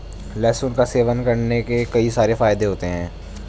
लहसुन का सेवन करने के कई सारे फायदे होते है